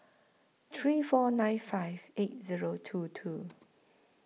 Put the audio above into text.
three four nine five eight Zero two two